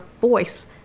voice